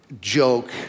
joke